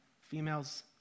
female's